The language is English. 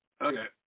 Okay